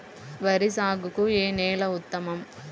వరి సాగుకు ఏ నేల ఉత్తమం?